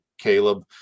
caleb